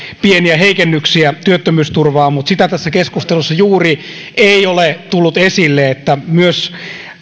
pieniä heikennyksiä työttömyysturvaan mutta sitä tässä keskustelussa juuri ei ole tullut esille että myös